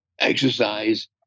Exercise